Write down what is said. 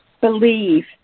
believe